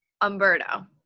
Umberto